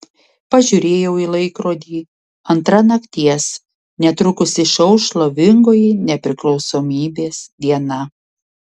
pažiūrėjau į laikrodį antra nakties netrukus išauš šlovingoji nepriklausomybės diena